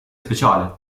speciale